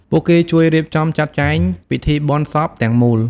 ពួកគេជួយរៀបចំចាត់ចែងពិធីបុណ្យសពទាំងមូល។